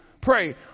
pray